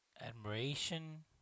admiration